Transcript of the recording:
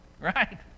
right